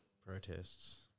protests